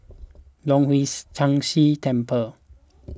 Leong Hwa Chan Si Temple